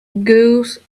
goose